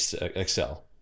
excel